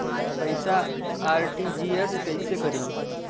पैसा आर.टी.जी.एस कैसे करी?